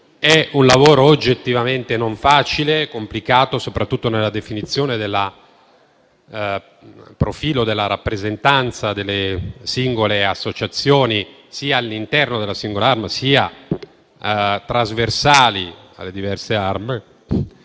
È un lavoro oggettivamente non facile, complicato, soprattutto nella definizione del profilo della rappresentanza delle singole associazioni all'interno della singola arma e trasversali alle diverse armi.